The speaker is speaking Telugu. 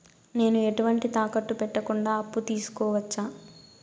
నేను ఎటువంటి తాకట్టు పెట్టకుండా అప్పు తీసుకోవచ్చా?